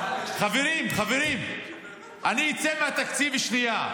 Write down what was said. חברים, אני אצא מהתקציב לשנייה.